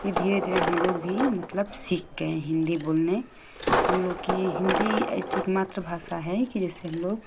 कि धीरे धीरे हम लोग भी मतलब सीख गये हैं हिंदी बोलने हम लोग की हिंदी ऐसे मातृभाषा है कि जैसे हम लोग